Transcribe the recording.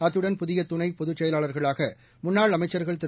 அத்துடன் புதிய துணைப் பொதுச் செயலாளர்களாக முன்னாள் அமைச்சர்கள் திரு